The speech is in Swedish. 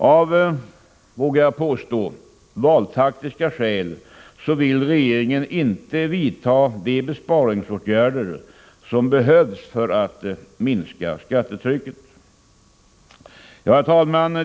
Av, vågar jag påstå, valtaktiska skäl vill regeringen inte vidta de besparingsåtgärder som behövs för att minska skattetrycket. Herr talman!